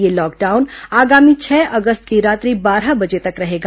यह लॉकडाउन आगामी छह अगस्त की रात्रि बारह बजे तक रहेगा